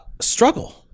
struggle